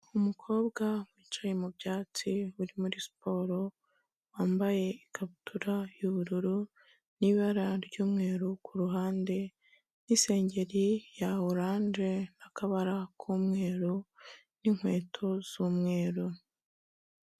Umukobwa wicaye mu byatsi uri muri siporo, wambaye ikabutura y'ubururu n'ibara ry'umweru ku ruhande n'isengeri ya oranje n'akabara k'umweru n'inkweto z'umweru.